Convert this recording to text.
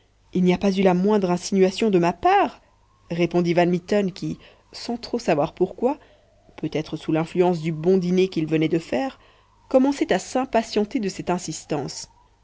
il n'y a pas eu la moindre insinuation de ma part répondit van mitten qui sans trop savoir pourquoi peut-être sous l'influence du bon dîner qu'il venait de faire commençait à s'impatienter de cette insistance